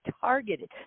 targeted